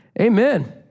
Amen